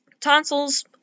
tonsils